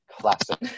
classic